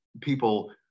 people